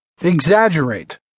Exaggerate